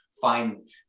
find